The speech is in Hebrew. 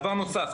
דבר נוסף,